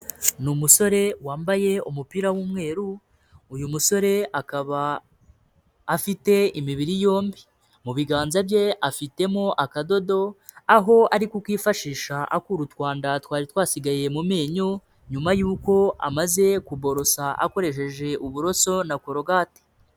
Ni umusore wambaye umupira w'umweru, uyu musore akaba afite imibiri yombi. Mu biganza bye afitemo akadodo, aho ari kukifashisha akura utwanda twari twasigaye mu menyo, nyuma y'uko amaze kuborosa akoresheje uburoso na korogate.